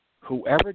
Whoever